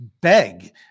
beg